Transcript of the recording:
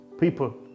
people